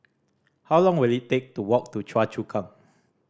how long will it take to walk to Choa Chu Kang